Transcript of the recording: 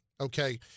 okay